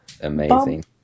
Amazing